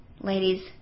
ladies